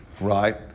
right